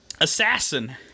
Assassin